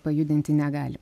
pajudinti negali